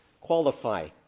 qualify